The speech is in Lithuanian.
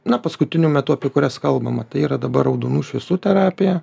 na paskutiniu metu apie kurias kalbama tai yra dabar raudonų šviesų terapija